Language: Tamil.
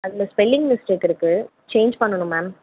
அதில் ஸ்பெல்லிங் மிஸ்டேக் இருக்கு சேஞ்ச் பண்ணனும் மேம்